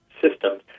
systems